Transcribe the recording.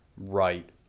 Right